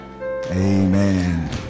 Amen